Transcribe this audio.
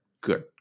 Good